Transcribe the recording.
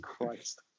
Christ